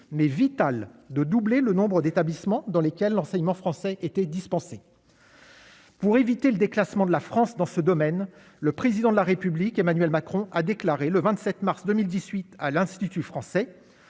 mais vital de doubler le nombre d'établissements dans lesquels l'enseignement français étaient dispensés. Pour éviter le déclassement de la France dans ce domaine, le président de la République, Emmanuel Macron, a déclaré le 27 mars 2018 à l'Institut français,